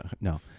No